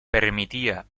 permitía